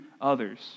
others